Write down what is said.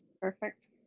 Perfect